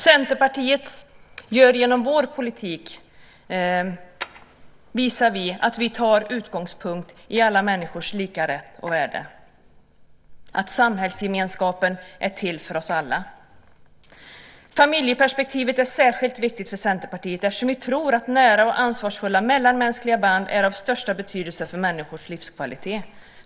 Centerpartiet tar i sin politik utgångspunkt i alla människors lika rätt och värde. Samhällsgemenskapen är till för oss alla. Familjeperspektivet är särskilt viktigt för Centerpartiet eftersom vi där tror att nära och ansvarsfulla mellanmänskliga band är av största betydelse för människors livskvalitet.